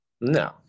No